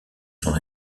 son